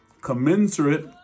commensurate